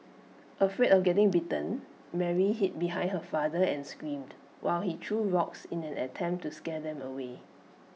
afraid of getting bitten Mary hid behind her father and screamed while he threw rocks in an attempt to scare them away